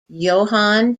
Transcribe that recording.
johan